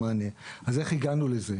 אז איך הגענו לזה?